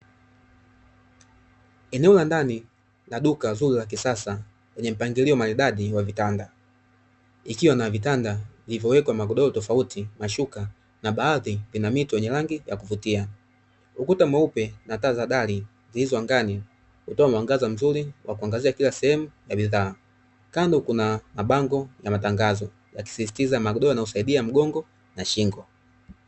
Eneo la ndani la duka zuri la kisasa lenye mpangilio maridadi wa vitanda likiwa na vitanda ikiwa na vitanda vilivyowekwa magodoro tofauti, mashuka na baadhi vina mito yenye rangi ya kuvutia. Ukuta mweupe na taa za dari zilizoangani hutoa mwangaza mzuri kwa kuangazia kila sehemu ya bidhaa na kando kuna bango la matangazo yakisisitiza magodoro yanayosaidia mgongo na shingo.